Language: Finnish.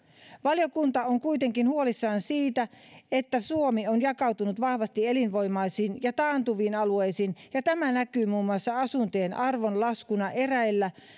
valiokunta on kuitenkin huolissaan siitä että suomi on jakautunut vahvasti elinvoimaisiin ja taantuviin alueisiin ja tämä näkyy muun muassa asuntojen arvon laskuna eräillä